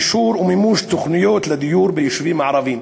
אישור ומימוש תוכניות לדיור ביישובים הערביים,